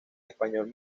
español